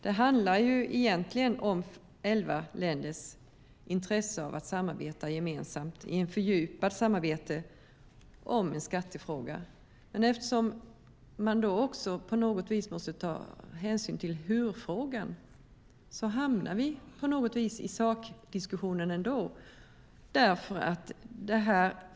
Det handlar egentligen om elva länders intresse av ett fördjupat samarbete om en skattefråga. Men eftersom man då också på något vis måste ta hänsyn till hur-frågan hamnar vi i sakdiskussionen ändå.